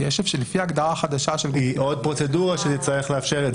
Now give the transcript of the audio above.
לפי ההגדרה החדשה --- היא עוד פרוצדורה שתצטרך לאפשר את זה.